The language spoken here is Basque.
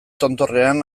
tontorrean